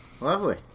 Lovely